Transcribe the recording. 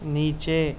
نیچے